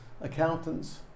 accountants